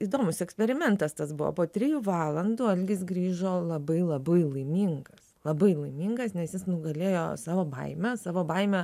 įdomus eksperimentas tas buvo po trijų valandų algis grįžo labai labai laimingas labai laimingas nes jis nugalėjo savo baimę savo baimę